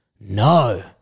No